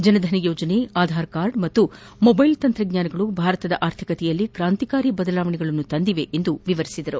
ಜನ್ಧನ್ ಯೋಜನೆ ಆಧಾರ್ ಕಾರ್ಡ್ ಮತ್ತು ಮೊಬೈಲ್ ತಂತ್ರಜ್ಙಾನಗಳು ಭಾರತದ ಆರ್ಥಿಕತೆಯಲ್ಲಿ ಕ್ರಾಂತಿಕಾರಿ ಬದಲಾವಣೆಗಳನ್ನು ತಂದಿವೆ ಎಂದರು